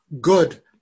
good